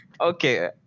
okay